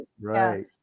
Right